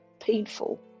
painful